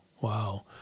Wow